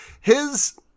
his-